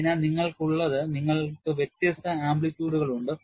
അതിനാൽ നിങ്ങൾക്കുള്ളത് നിങ്ങൾക്ക് വ്യത്യസ്ത ആംപ്ലിറ്റ്യൂഡുകൾ ഉണ്ട്